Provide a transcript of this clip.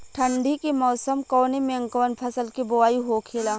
ठंडी के मौसम कवने मेंकवन फसल के बोवाई होखेला?